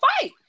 fight